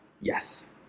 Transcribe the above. yes